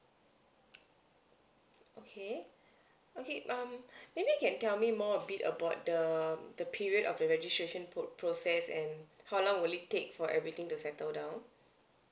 okay okay um maybe you can tell me more a bit about the the period of the registration pro process and how long will it take for everything to settle down